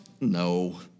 No